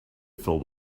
filled